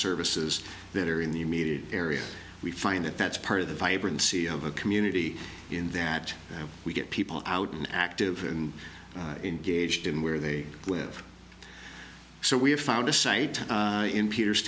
services that are in the immediate area we find that that's part of the vibrancy of a community in that we get people out an active and engaged in where they live so we have found a site in peter